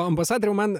o ambasadoriau